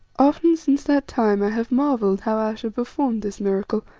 often since that time i have marvelled how ayesha performed this miracle,